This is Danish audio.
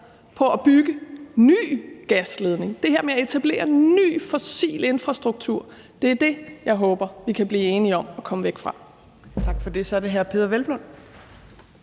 på at bygge en ny gasledning. Det her med at etablere ny fossil infrastruktur er det, jeg håber vi kan blive enige om at komme væk fra. Kl. 13:51 Tredje